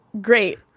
great